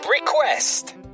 Request